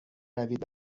روید